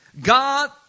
God